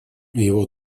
его